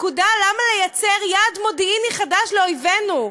למה ליצור יעד מודיעיני חדש לאויבינו?